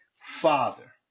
father